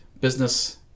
business